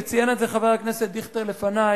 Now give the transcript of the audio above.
וציין את זה חבר הכנסת דיכטר לפני,